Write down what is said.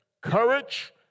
courage